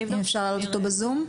אם אפשר להעלות אותו בזום.